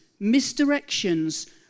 misdirections